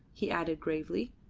he added gravely,